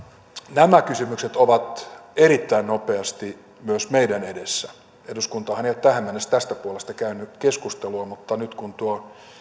nämä kysymykset ovat erittäin nopeasti myös meidän edessämme eduskuntahan ei ole tähän mennessä tästä puolesta käynyt keskustelua mutta nyt kun